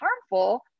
harmful